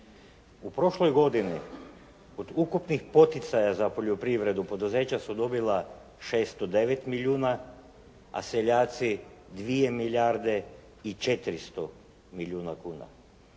U prošloj godini od ukupnih poticaja za poljoprivredna poduzeća su dobila 609 milijuna, a seljaci 2 milijarde i 400 milijuna kuna.